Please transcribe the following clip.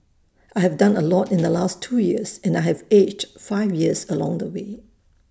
I have done A lot in the last two years and I have aged five years along the way